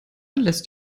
lässt